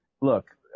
Look